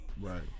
Right